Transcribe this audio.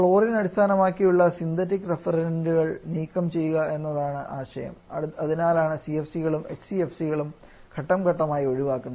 chlorine അടിസ്ഥാനമാക്കിയുള്ള synthetic റഫ്രിജറന്റുകൾ നീക്കം ചെയ്യുക എന്നതാണ് ആശയം അതിനാലാണ് CFC കളും HCFC കളും ഘട്ടംഘട്ടമായി ഒഴിവാക്കുന്നത്